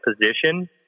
position